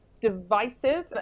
divisive